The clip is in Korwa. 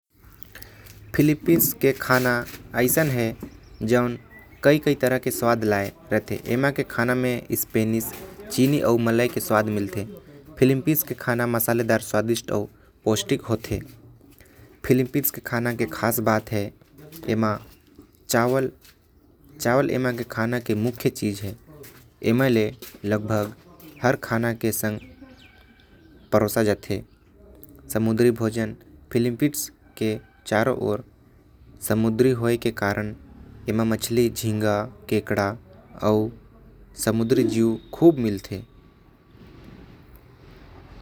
फिलिपींस के खाना म भी कई अलग अलग प्रकार के स्वाद होथे। जेकर म स्पेन अउ चीन के खाना भी मिलथे। एमन के खाना पौष्टिक होथे अउ चावल एमन के प्रमुख खाना हवे। मछली झींगा अउ केकड़ा भी एमन के खाना म बहुते मिलथे।